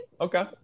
Okay